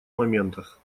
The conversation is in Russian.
моментах